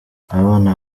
abana